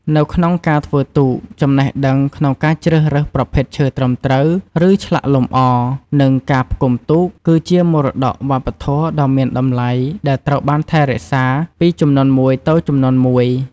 នៅក្នុងការធ្វើទូក ចំណេះដឹងក្នុងការជ្រើសរើសប្រភេទឈើត្រឹមត្រូវ ការឆ្លាក់លម្អ និងការផ្គុំទូក គឺជាមរតកវប្បធម៌ដ៏មានតម្លៃដែលត្រូវបានថែរក្សាពីជំនាន់មួយទៅជំនាន់មួយ។